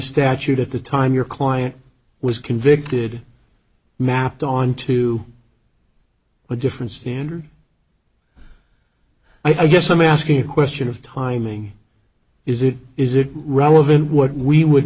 statute at the time your client was convicted mapped onto a different standard i guess i'm asking the question of timing is it is it relevant what we would